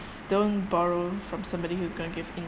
don't borrow from somebody who's gonna give